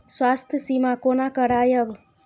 स्वास्थ्य सीमा कोना करायब?